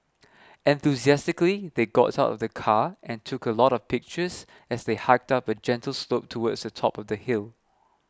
enthusiastically they got out of the car and took a lot of pictures as they hiked up a gentle slope towards the top of the hill